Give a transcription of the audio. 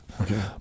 Okay